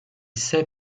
sait